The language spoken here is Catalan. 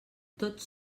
tots